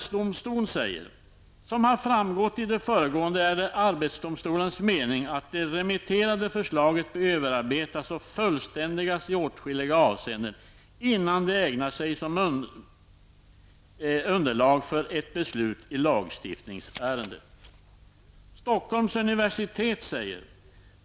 ''Som har framgått i det föregående är det arbetsdomstolens mening att det remitterade förslaget bör överarbetas och fullständigas i åtskilliga avseenden innan det ägnar sig som underlag för ett beslut i lagstiftningsärendet.''